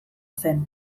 zen